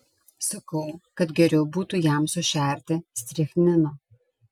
sakau kad geriau būtų jam sušerti strichnino